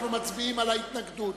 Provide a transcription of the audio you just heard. אנחנו מצביעים על ההתנגדות.